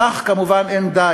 בכך כמובן לא די.